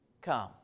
Come